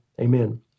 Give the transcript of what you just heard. Amen